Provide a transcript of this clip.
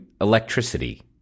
electricity